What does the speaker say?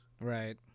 Right